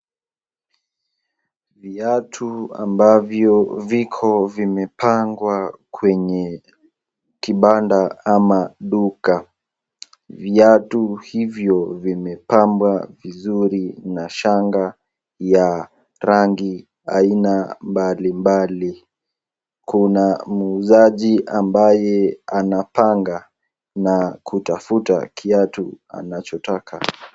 Viatu ambavyo viko vimepangwa kwenye kibanda ama duka. Viatu hivyo vimepambwa vizuri na shanga ya rangi aina mbali mbali. Kuna muuzaji ambaye anapanga na kutafuta kiatu anachotaka